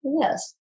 yes